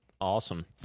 awesome